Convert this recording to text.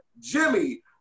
Jimmy